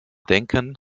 denken